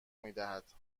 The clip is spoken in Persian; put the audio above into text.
میدهد